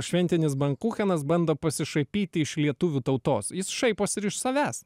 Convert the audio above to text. šventinis bankuchenas bando pasišaipyt iš lietuvių tautos jis šaipos ir iš savęs